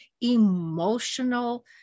emotional